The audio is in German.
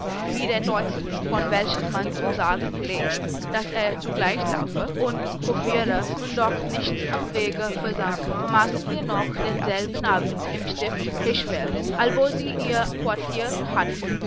wie der teufel von welchem man zu sagen pflegt daß er zugleich laufe und s v hofiere und doch nichts am wege versaume maßen wir noch denselben abend im stift hirschfeld allwo sie ihr quartier hatten